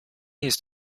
jest